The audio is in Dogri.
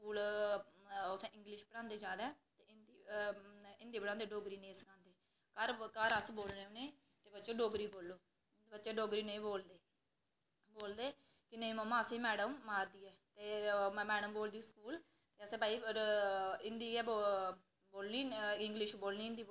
स्कूल उत्थै इंगलिश पढ़ांदे जादै हिंदी नेईं पढ़ांदे डोगरी सखांदे हर घर अस बोलने होन्ने कि बच्चो डोगरी बोल्लि बच्चे डोगरी नेईं बोलदे बोलदे की मम्मा मैडम असेंगी मारदी ऐ मैडम बोलदी स्कूल की भई असें हिंदी गै बोलनी इंगलिश बोलनी हिंदी